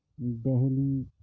Delhi